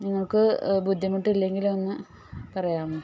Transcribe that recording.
നിങ്ങൾക്ക് ബുദ്ധിമുട്ടില്ലെങ്കിൽ ഒന്ന് പറയാമോ